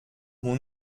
mon